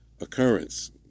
occurrence